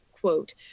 quote